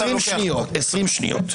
20 שניות.